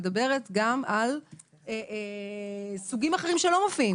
את מדברת גם על סוגים אחרים שלא מופיעים כאן.